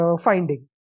finding